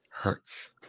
hurts